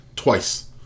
Twice